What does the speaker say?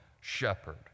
shepherd